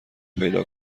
پیدا